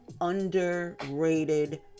underrated